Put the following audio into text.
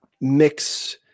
mix